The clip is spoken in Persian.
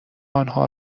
آنها